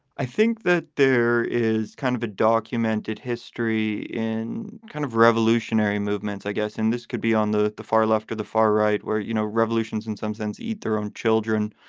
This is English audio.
i think that there is kind of a documented history in kind of revolutionary movements, i guess. and this could be on the the far left to the far right where, you know, revolutions in some sense eat their own children.